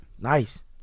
Nice